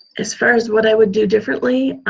as far as what i would do differently,